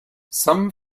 some